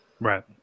Right